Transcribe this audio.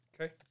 Okay